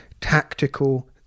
tactical